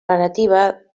narrativa